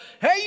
hey